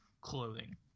clothing